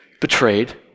betrayed